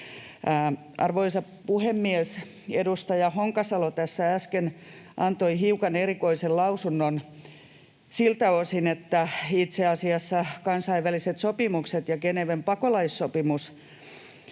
Arvoisa puhemies! Edustaja Honkasalo tässä äsken antoi hiukan erikoisen lausunnon siltä osin, että itse asiassa kansainväliset sopimukset ja Geneven pakolaissopimus